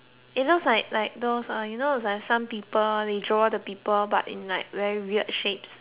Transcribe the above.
it looks like like those uh you know like some people they draw the people but in like very weird shapes